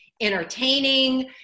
entertaining